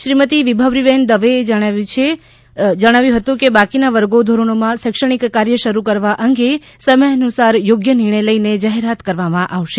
શ્રીમતી વિભાવરીબેન દવેએ જણાવ્યુ હતુ કે બાકીના વર્ગો ધોરણોમાં શૌક્ષણિક કાર્ય શરૂ કરવા અંગે સમયાનુસાર યોગ્ય નિર્ણય લઇને જાહેરતા કરવામા આવશે